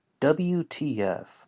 WTF